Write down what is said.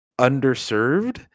underserved